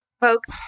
Folks